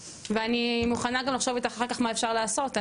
ואני מוכנה גם לחשוב איתך אחר כך מה אפשר לעשות.